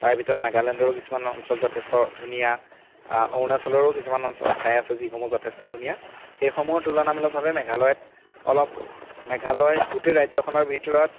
তাৰ ভিতৰত নাগালেণ্ডৰো কিছুমান অঞ্চল যথেষ্ট ধুনীয়া অৰুণাচলৰো কিছুমান অঞ্চল ঠাই আছে যিসমূহ যথেষ্ট ধুনীয়া সেইসমূহৰ তুলনামূলকভাৱে মেঘালয়ত অলপ মেঘালয় গোটেই ৰাজ্যখনৰ ভিতৰত